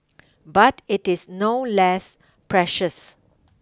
but it is no less precious